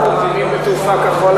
אתם מאמינים בתעופה כחול-לבן?